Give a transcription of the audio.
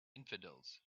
infidels